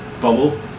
bubble